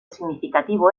significativo